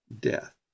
death